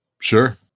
Sure